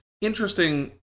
interesting